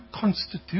constitute